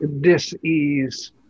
dis-ease